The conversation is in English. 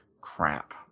crap